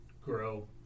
grow